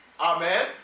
Amen